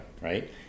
Right